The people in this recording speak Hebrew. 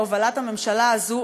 בהובלת הממשלה הזו,